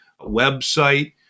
website